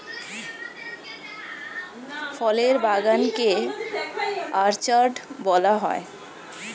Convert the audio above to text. ফলের বাগান কে অর্চার্ড বলা হয়